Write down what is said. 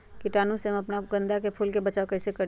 कीटाणु से हम अपना गेंदा फूल के बचाओ कई से करी?